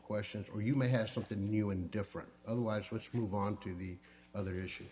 questions or you may have something new and different otherwise which move on to the other issue